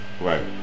Right